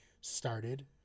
started